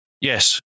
yes